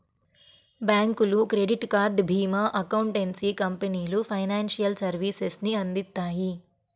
బ్యాంకులు, credit card, భీమా, accountancy కంపెనీలు ఫైనాన్షియల్ సర్వీసెస్ ని అందిత్తాయి